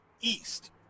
East